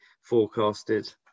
forecasted